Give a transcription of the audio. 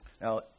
Now